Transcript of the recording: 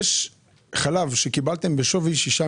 יש חלב שקיבלתם מהרפתנים בשווי של שישה